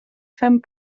femmes